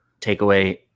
takeaway